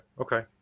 Okay